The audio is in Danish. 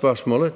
Første